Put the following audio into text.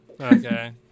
Okay